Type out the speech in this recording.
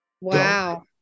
wow